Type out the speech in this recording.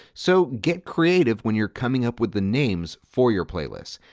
so get creative when you're coming up with the names for your playlists.